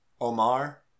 Omar